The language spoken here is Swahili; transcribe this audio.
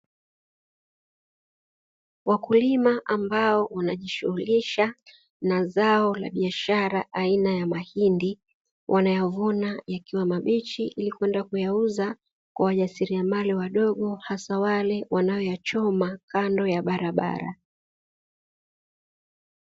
Wakulima ambao wanaojishughulisha na zao la biashara aina ya mahindi, wanayavuna yakiwa mabichi ili kwenda kuyauza kwa wajasiliamali wadogo, hasa wale wanayoyachoma kando ya barabara.